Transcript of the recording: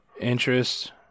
interest